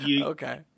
Okay